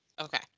Okay